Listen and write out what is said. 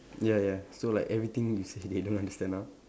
ya ya so like everything you said they don't understand ah